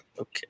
Okay